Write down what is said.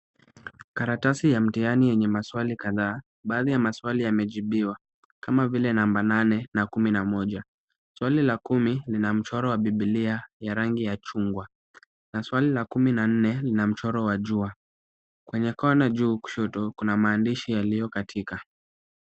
Karatasi ya mtihani yenye maswali kadhaa. Baadhi ya maswali yamejibiwa kama vile namba nane na kumi na moja. Swali la kumi lina mchoro wa bibilia ya rangi ya chungwa na swali la kumi na nne lina mchoro wa jua, kwenye kona juu kushoto kuna maandishi yaliyokatika.